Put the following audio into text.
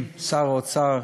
עם שר האוצר,